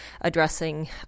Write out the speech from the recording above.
addressing